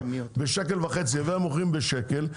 בשקל וחצי והם מוכרים בשקל,